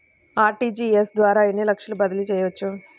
RTGS ద్వారా ఎన్ని లక్షలు బదిలీ చేయవచ్చు?